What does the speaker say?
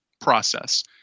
process